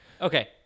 Okay